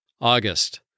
August